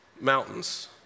Mountains